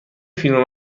فیلم